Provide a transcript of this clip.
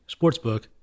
sportsbook